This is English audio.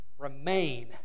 Remain